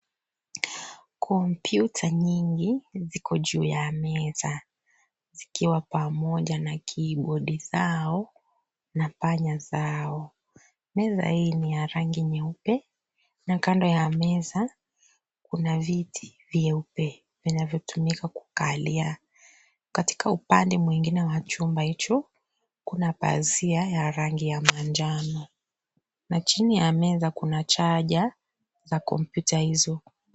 Kompyuta nyingi ziko juu ya meza zikiwa pamoja na kibodi zao na panya zao. Meza hii ni ya rangi nyeupe na kando ya meza kuna viti vyeupe vinavyotumika kukalia. Katika upande mwingine wa chumba hicho kuna pazia ya rangi ya manjano na chini ya meza kuna chaja za kompyuta hizo.